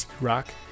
rock